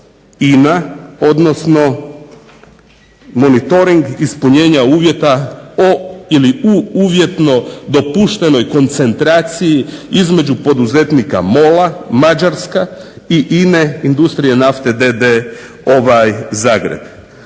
INA odnosno monitoring ispunjenja uvjeta u uvjetno dopuštenoj koncentraciji između poduzetnika MOL-a Mađarska i INA-Industrija nafte d.d. Zagreb.